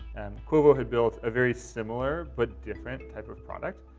quovo had built a very similar but different type of product.